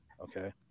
Okay